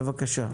בבקשה.